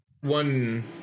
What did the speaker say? One